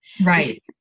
Right